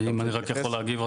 אם אני רק יכול להגיב?